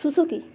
Suzuki